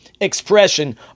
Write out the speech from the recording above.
expression